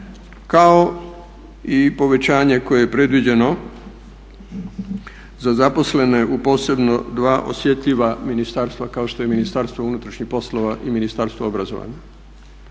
kao i povećanje koje je predviđeno za zaposlene u posebno dva osjetljiva ministarstva kao što je MUP i Ministarstvo obrazovanja.